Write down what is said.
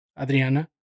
Adriana